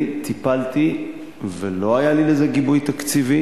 אני טיפלתי ולא היה לי לזה גיבוי תקציבי.